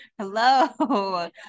Hello